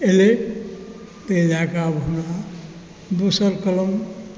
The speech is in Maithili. एलै ताहि लए कऽ आब हमरा दोसर कलम